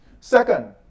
Second